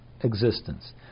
existence